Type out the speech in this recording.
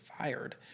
fired